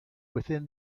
within